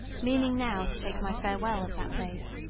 meaning now to take my farewell of that place.